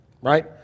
right